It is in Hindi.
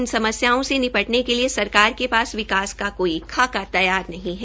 इन समस्याओं से निपटने के लिए सरकार के पास विकास का कोई खाका नहीं है